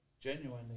genuinely